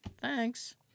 thanks